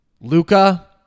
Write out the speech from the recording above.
Luca